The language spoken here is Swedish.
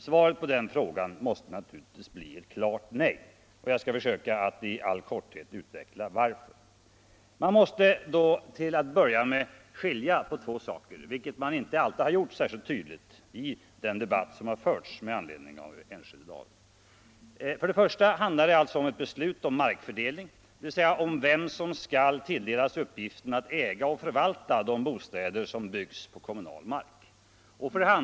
Svaret på den frågan måste naturligtvis bli ett klart nej, och jag skall försöka att i all korthet utveckla varför. Man måste då till att börja med skilja på två saker, vilket inte alltid har gjorts särskilt tydligt i den debatt som förts med anledning av Enskededalen. Dels handlar det alltså om ett beslut om markfördelning, dvs. om vem som skall tilldelas uppgiften att äga och förvalta de bostäder som skall byggas.